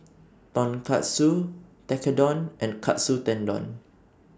Tonkatsu Tekkadon and Katsu Tendon